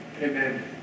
Amen